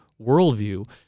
worldview